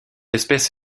espèce